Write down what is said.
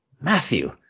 Matthew